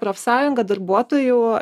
profsąjunga darbuotojų a